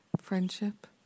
friendship